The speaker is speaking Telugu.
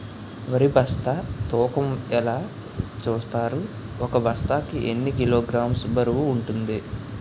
వరి బస్తా తూకం ఎలా చూస్తారు? ఒక బస్తా కి ఎన్ని కిలోగ్రామ్స్ బరువు వుంటుంది?